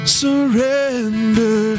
surrender